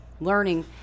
learning